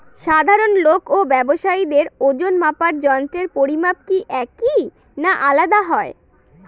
সাধারণ লোক ও ব্যাবসায়ীদের ওজনমাপার যন্ত্রের পরিমাপ কি একই না আলাদা হয়?